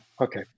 Okay